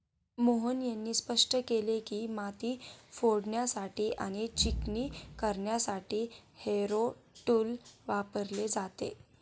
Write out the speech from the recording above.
मोहन यांनी स्पष्ट केले की, माती फोडण्यासाठी आणि चिकणी करण्यासाठी हॅरो टूल वापरले जाते